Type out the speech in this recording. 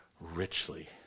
richly